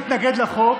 לך תעשה ראיונות בערוץ